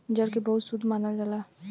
जल के बहुत शुद्ध मानल जाला